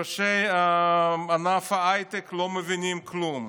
ראשי ענף ההייטק לא מבינים כלום.